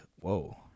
whoa